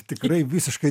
tikrai visiškai